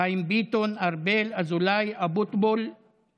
חיים ביטון, משה ארבל, ינון אזולאי, שלמה